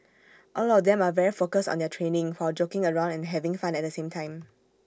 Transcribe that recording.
all of them are very focused on their training while joking around and having fun at the same time